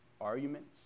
arguments